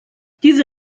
diese